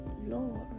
Lord